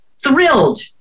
Thrilled